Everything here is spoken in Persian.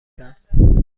کرد